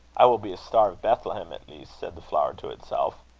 i will be a star of bethlehem at least said the flower to itself.